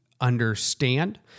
understand